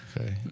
Okay